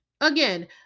Again